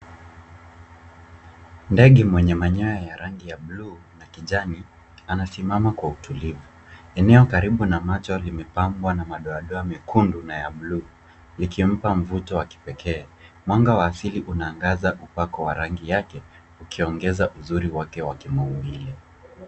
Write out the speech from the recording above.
Ndege mwenye manyoya ya rangi ya bluu na kijani anasimama kwa utulivu. Eneo karibu na macho limepambwa na madoadoa mekundu na ya bluu likimpa mvuto wa kipekee. Mwanga wa asili unaangaza upako wa rangi yake ukiongeza uzuri wake wa kimaumbile.